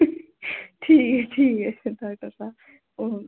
ठीक ऐ ठीक ऐ